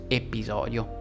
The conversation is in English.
episodio